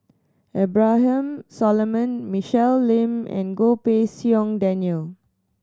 Abraham Solomon Michelle Lim and Goh Pei Siong Daniel